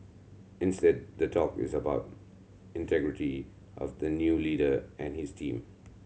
instead the talk is about integrity of the new leader and his team